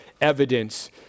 evidence